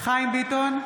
חיים ביטון,